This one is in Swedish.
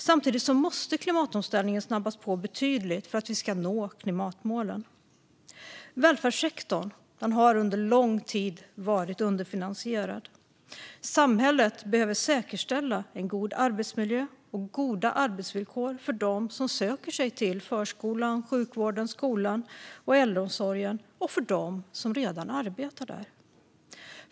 Samtidigt måste klimatomställningen snabbas på betydligt för att vi ska nå klimatmålen. Välfärdssektorn har under lång tid varit underfinansierad. Samhället behöver säkerställa en god arbetsmiljö och goda arbetsvillkor för dem som söker sig till förskolan, sjukvården, skolan och äldreomsorgen och för dem som redan arbetar där.